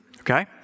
Okay